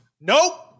Nope